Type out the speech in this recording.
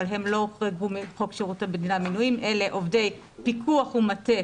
אבל הם לא בחוק שירות המדינה (מינויים) אלא אלה עובדי פיקוח ומטה